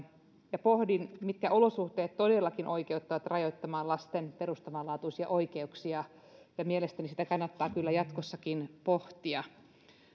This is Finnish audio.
ja pohdin mitkä olosuhteet todellakin oikeuttavat rajoittamaan lasten perustavanlaatuisia oikeuksia ja mielestäni sitä kannattaa kyllä jatkossakin pohtia